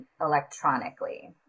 electronically